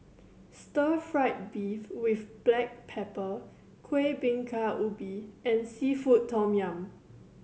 stir fried beef with black pepper Kueh Bingka Ubi and seafood tom yum